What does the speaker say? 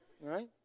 Right